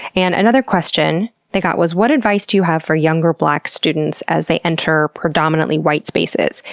and another question they got was what advice do you have for younger black students as they enter predominately white spaces?